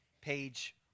page